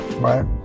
Right